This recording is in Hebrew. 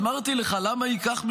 אמרתי לך: למה ייקח?